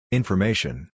Information